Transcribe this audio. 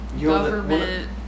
government